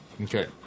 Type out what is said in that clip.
Okay